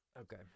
okay